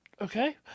Okay